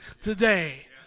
today